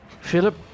Philip